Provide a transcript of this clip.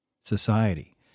society